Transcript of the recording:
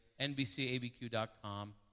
nbcabq.com